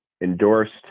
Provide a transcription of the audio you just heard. endorsed